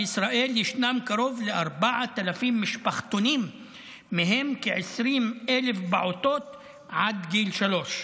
בישראל יש קרוב ל-4,000 משפחתונים ובהם כ-20,000 פעוטות עד גיל שלוש.